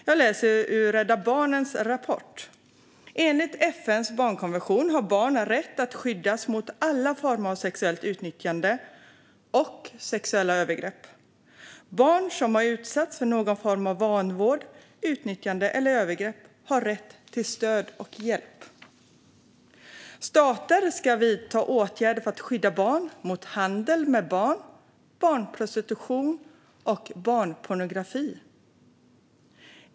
Jag läser ur Rädda Barnens rapport: Enligt FN:s barnkonvention har barn rätt att skyddas mot alla former av sexuellt utnyttjande och sexuella övergrepp. Barn som har utsatts för någon form av vanvård, utnyttjande eller övergrepp har rätt till stöd och hjälp. Stater ska vidta åtgärder för att skydda barn mot handel med barn, barnprostitution och barnpornografi.